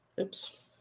Oops